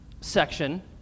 section